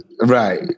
Right